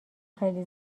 خیلی